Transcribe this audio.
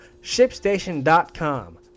ShipStation.com